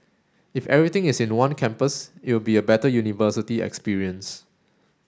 if everything is in one campus it'll be a better university experience